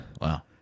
Wow